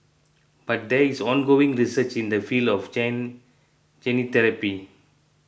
but there is ongoing research in the field of gene gene therapy